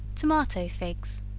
tomato figs.